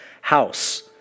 house